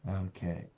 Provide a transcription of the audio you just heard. Okay